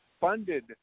funded